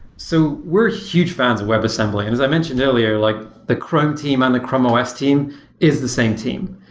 so we're a huge fans of webassembly. and as i mentioned earlier, like the chrome team and the chrome os team is the same team.